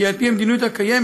כי על פי המדיניות הקיימת,